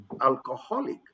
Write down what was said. alcoholic